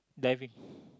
diving